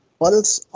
pulse